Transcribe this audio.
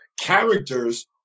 characters